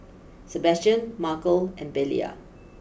Sebastian Markel and Belia